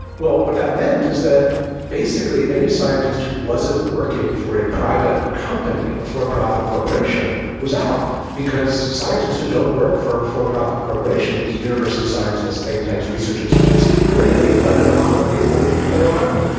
well, what that meant is that basically any scientist who wasn't working for a private company, a for profit corporation, was out because scientists who don't work for for profit corporations, university scientists, think tanks, research institutes, where do they get funded? a lot of them get funded from the federal government.